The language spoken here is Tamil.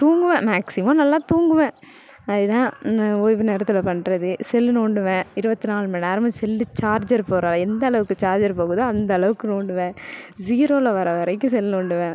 தூங்குவேன் மேக்ஸிமம் நல்லா தூங்குவேன் அதுதான் நான் ஓய்வு நேரத்தில் பண்ணுறது செல்லு நோண்டுவேன் இருபத்தி நாலு மணி நேரமும் செல்லு சார்ஜர் போகிற எந்தளவுக்கு சார்ஜர் போகுதோ அந்தளவுக்கு நோண்டுவேன் ஜீரோவில் வர வரைக்கும் செல் நோண்டுவேன்